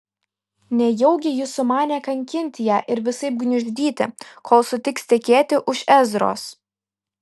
nejaugi jis sumanė kankinti ją ir visaip gniuždyti kol sutiks tekėti už ezros